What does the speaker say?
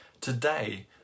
Today